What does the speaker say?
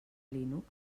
linux